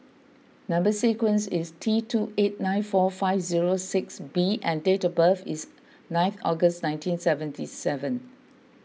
Number Sequence is T two eight nine four five zero six B and date of birth is nineth August nineteen seventy seven